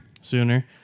Sooner